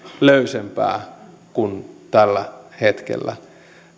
löysempää kuin tällä hetkellä